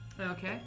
Okay